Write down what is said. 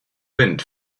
wind